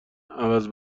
عوض